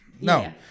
No